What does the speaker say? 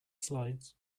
slides